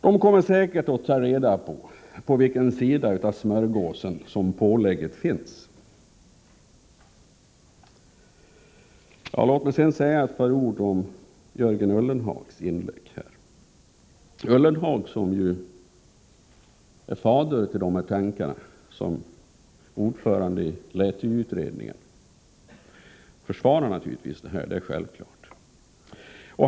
De kommer säkert att förvissa sig om på vilken sida av smörgåsen som pålägget finns. Låt mig vidare säga några ord om Jörgen Ullenhags inlägg. Ullenhag, som juär fader till tankarna i Lätu-utredningen, försvarar självfallet dessa tankar.